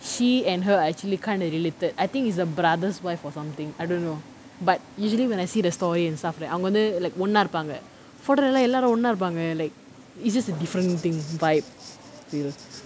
she and her are actually kind of related I think is her brother's wife or something I don't know but usually when I see the story and stuff like அவங்க வந்து:avanga vanthu like ஒன்னா இருப்பாங்க:onna iruppaanga photo leh எல்லாம் எல்லாரும் ஒன்னா இருப்பாங்க:ellaam ellaarum onna iruppaanga like it's just a different thing vibe you know